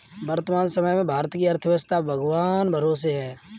वर्तमान समय में भारत की अर्थव्यस्था भगवान भरोसे है